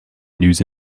news